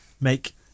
make